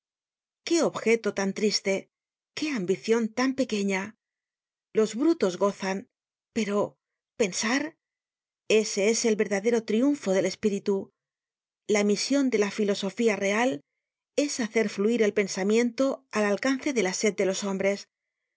qué objeto tan triste qué ambicion tan pequeña los brutos gozan pero pensar ese es el verdadero triunfo del espíritu la mision de la filosofía real es hacer fluir el pensamiento al alcance de la sed de los hombres